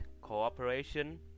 Cooperation